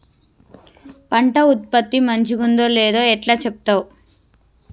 పంట ఉత్పత్తి మంచిగుందో లేదో ఎట్లా చెప్తవ్?